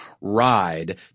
ride